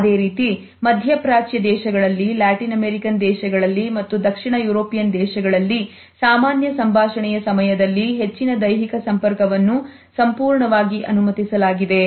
ಅದೇ ರೀತಿ ಮಧ್ಯಪ್ರಾಚ್ಯ ದೇಶಗಳಲ್ಲಿ ಲ್ಯಾಟಿನ್ ಅಮೆರಿಕನ್ ದೇಶಗಳಲ್ಲಿ ಮತ್ತು ದಕ್ಷಿಣ ಯುರೋಪಿಯನ್ ದೇಶಗಳಲ್ಲಿ ಸಾಮಾನ್ಯ ಸಂಭಾಷಣೆಯ ಸಮಯದಲ್ಲಿ ಹೆಚ್ಚಿನ ದೈಹಿಕ ಸಂಪರ್ಕವನ್ನು ಸಂಪೂರ್ಣವಾಗಿ ಅನುಮತಿಸಲಾಗಿದೆ